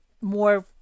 more